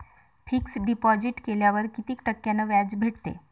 Fix deposit केल्यावर कितीक टक्क्यान व्याज भेटते?